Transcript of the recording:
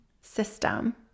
system